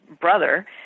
brother